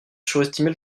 surestimé